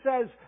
says